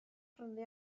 prynu